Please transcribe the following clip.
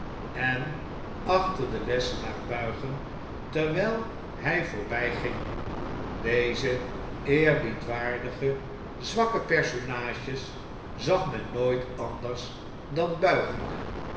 en achter den lessenaar buigen terwylhyvoorbyging dezeeerbiedwaardigeenzwakke personages zag men nooit anders dan buigende